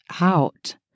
out